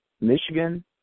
Michigan